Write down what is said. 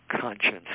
conscience